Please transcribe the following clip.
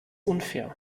unfair